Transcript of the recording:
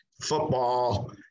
football